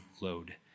load